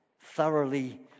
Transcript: thoroughly